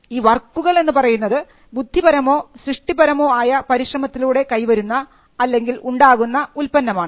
ഈ വർക്കുകൾ എന്ന് പറയുന്നത് ബുദ്ധിപരമോ സൃഷ്ടിപരമോ ആയ പരിശ്രമത്തിലൂടെ കൈവരുന്ന അല്ലെങ്കിൽ ഉണ്ടാകുന്ന ഉൽപന്നമാണ്